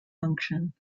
function